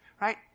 right